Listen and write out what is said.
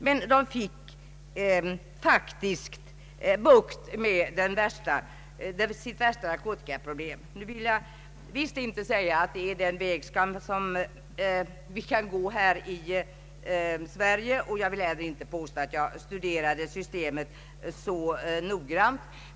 Men man fick dock bukt med sitt värsta narkotikaproblem. Jag vill, upprepar jag, visst inte säga att det är denna väg man skall slå in på i Sverige, och jag vill heller inte påstå att jag studerade det japanska systemet särskilt ingående.